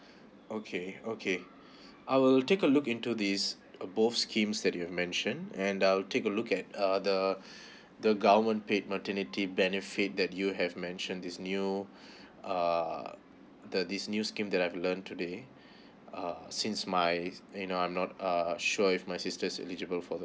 okay okay I will take a look into this uh both schemes that you had mentioned and I'll take a look at uh the the government paid maternity benefit that you have mention this new err the this news scheme that I've learnt today uh since my you know I'm not uh sure if my sister is eligible for the